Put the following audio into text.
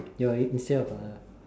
you're instead of a